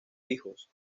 hijos